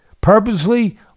Purposely